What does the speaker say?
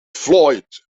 floyd